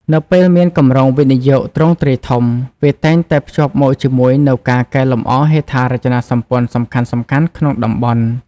នៅពេលមានគម្រោងវិនិយោគទ្រង់ទ្រាយធំ វាតែងតែភ្ជាប់មកជាមួយនូវ ការកែលម្អហេដ្ឋារចនាសម្ព័ន្ធសំខាន់ៗ ក្នុងតំបន់។